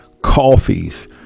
coffees